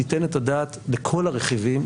תיתן את הדעת לכל הרכיבים.